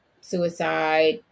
suicide